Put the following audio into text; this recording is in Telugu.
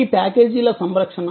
మీ ప్యాకేజీల సంరక్షణ